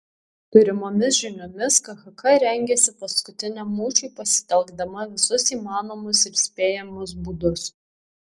turimomis žiniomis khk rengiasi paskutiniam mūšiui pasitelkdama visus įmanomus ir spėjamus būdus